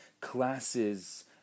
classes